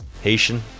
Haitian